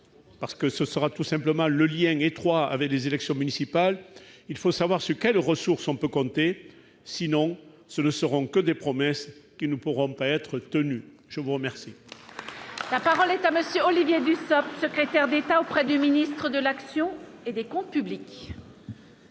parce que ce sera tout simplement le lien étroit avec les élections municipales, il faut savoir sur quelles ressources on peut compter, sinon ce ne seront que des promesses qui ne pourront pas être tenues, je vous remercie. La parole est à monsieur Olivier Dussopt, secrétaire d'État auprès du ministre de l'action et des Comptes publics.